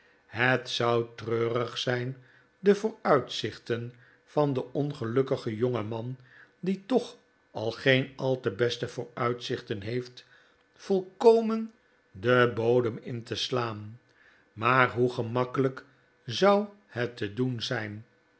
het zou treurig zijn de vooruitzichten van den ongelukkigen jongeman die toch al geen al te beste vooruitzichten heeft volkomen den bodem in te si aan maar hoe gemakkelijk zou het te doen zijn